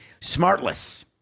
smartless